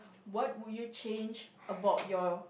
what would you change about your